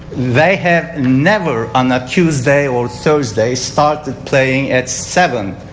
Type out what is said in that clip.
they have never on a tuesday or thursday start playing at seven.